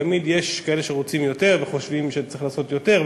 תמיד יש כאלה שרוצים יותר וחושבים שצריך לעשות יותר,